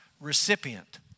recipient